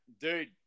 dude